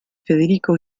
federico